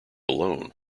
alone